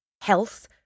health